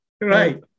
Right